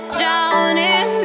drowning